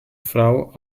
frau